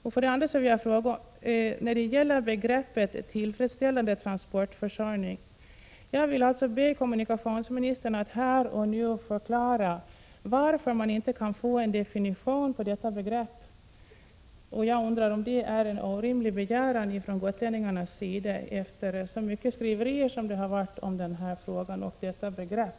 Jag vill också återkomma till begreppet tillfredsställande transportförsörjning och be kommunikationsministern att här och nu förklara varför vi inte kan få en definition på detta begrepp. Att få det definierat kan väl inte anses som en orimlig begäran från gotlänningarnas sida efter alla de skriverier som varit om den här frågan och om detta begrepp.